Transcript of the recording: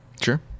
Sure